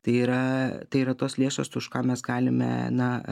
tai yra tai yra tos lėšos už ką mes galime na